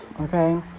Okay